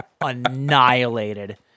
annihilated